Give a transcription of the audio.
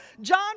John